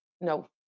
no